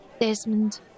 Desmond